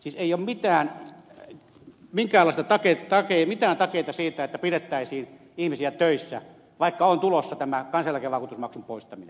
siis ei ole mikään tai minkälaisia takeita ei mitään takeita siitä että pidettäisiin ihmisiä töissä vaikka on tulossa tämä kansaneläkevakuutusmaksun poistaminen